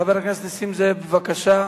חבר הכנסת נסים זאב, בבקשה.